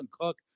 cook